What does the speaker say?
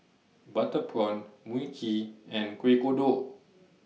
Butter Prawn Mui Kee and Kuih Kodok